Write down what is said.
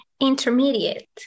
Intermediate